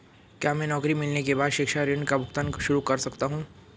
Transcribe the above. क्या मैं नौकरी मिलने के बाद शिक्षा ऋण का भुगतान शुरू कर सकता हूँ?